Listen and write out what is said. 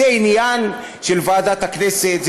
זה עניין של ועדת הכנסת,